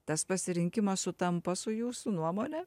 tas pasirinkimas sutampa su jūsų nuomone